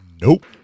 Nope